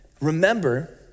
remember